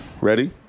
Ready